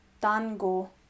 Dango